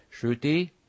Shruti